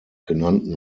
genannten